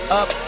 up